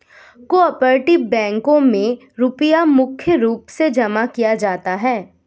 को आपरेटिव बैंकों मे रुपया मुख्य रूप से जमा किया जाता है